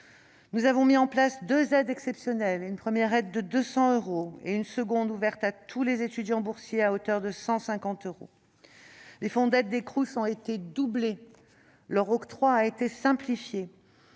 Nous avons mis en place deux aides exceptionnelles, une première de 200 euros et une seconde ouverte à tous les étudiants boursiers à hauteur de 150 euros. Les fonds d'aides des Crous ont été doublés et leur octroi a été simplifié.